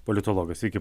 politologas sveiki